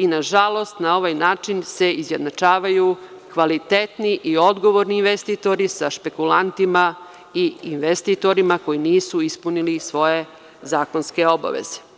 i nažalost na ovaj način se izjednačavaju kvalitetni i odgovorni investitori sa špekulantima i investitorima koji nisu ispunili svoje zakonske obaveze.